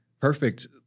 perfect